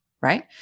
right